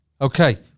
Okay